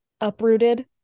uprooted